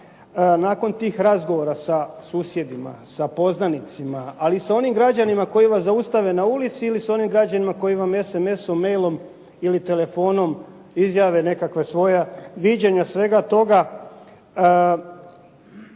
nakon tih razgovora sa susjedima, sa poznanicima, ali i sa onim građanima koji vas zaustave na ulici ili sa onim građanima koji vam sms-om, mail-om ili telefonom izjave, nekakva svoja viđenja svega toga